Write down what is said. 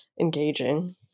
engaging